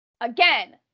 again